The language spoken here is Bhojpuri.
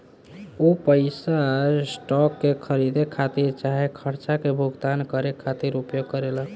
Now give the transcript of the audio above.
उ पइसा स्टॉक के खरीदे खातिर चाहे खर्चा के भुगतान करे खातिर उपयोग करेला